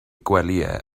gwelyau